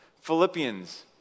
Philippians